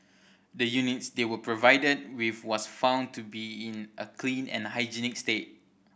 the units they were provided with was found to be in a clean and hygienic state